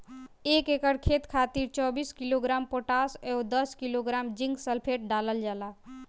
एक एकड़ खेत खातिर चौबीस किलोग्राम पोटाश व दस किलोग्राम जिंक सल्फेट डालल जाला?